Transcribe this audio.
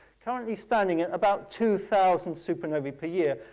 currently standing at about two thousand supernovae per year,